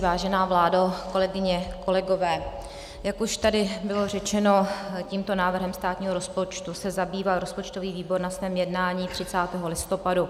Vážená vládo, kolegyně, kolegové, jak už tady bylo řečeno, tímto návrhem státního rozpočtu se zabýval rozpočtový výbor na svém jednání 30. listopadu.